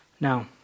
Now